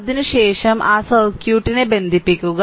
അതിനുശേഷം ആ സർക്യൂട്ടിനെ ബന്ധിപ്പിക്കുക